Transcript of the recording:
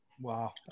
Wow